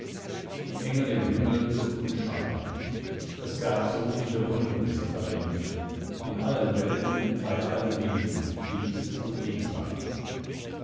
die engel im himmel zupften scharpie es gab so viele wunden zu verbinden in allen welten bei allen wesen dies und jenseits